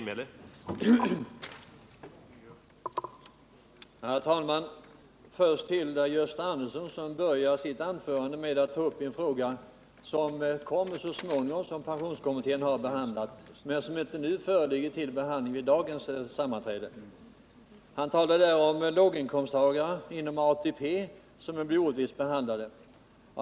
Herr talman! Först några ord till Gösta Andersson som började sitt anförande med att ta upp en fråga som pensionskommittén har behandlat men som vi inte har att fatta beslut om vid dagens sammanträde. Han talade om låginkomsttagare inom ATP-systemet som blir orättvist behandlade.